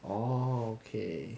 oh okay